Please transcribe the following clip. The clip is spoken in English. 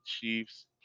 Chiefs